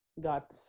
got